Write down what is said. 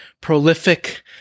prolific –